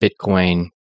Bitcoin